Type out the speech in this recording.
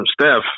Steph